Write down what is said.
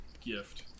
gift